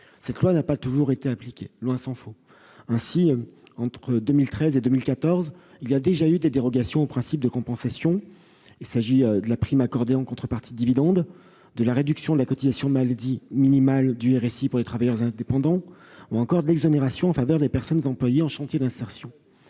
faut. Ce n'est pas une raison pour continuer ! Entre 2013 et 2014, il y a déjà eu des dérogations au principe de compensation. Il s'est agi de la prime accordée en contrepartie de dividendes, de la réduction de la cotisation maladie minimale du RSI pour les travailleurs indépendants ou encore de l'exonération en faveur des personnes employées en chantier d'insertion.